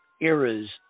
eras